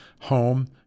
home